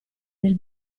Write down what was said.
nel